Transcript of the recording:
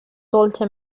sollte